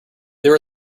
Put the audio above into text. there